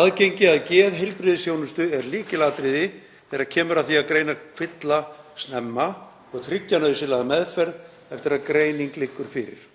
Aðgengi að geðheilbrigðisþjónustu er lykilatriði þegar kemur að því að greina kvilla snemma og tryggja nauðsynlega meðferð eftir að greining liggur fyrir.